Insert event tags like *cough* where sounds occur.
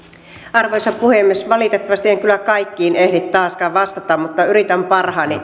arvoisa puhemies valitettavasti en kyllä kaikkiin ehdi taaskaan vastata mutta yritän parhaani *unintelligible*